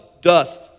dust